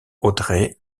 audrey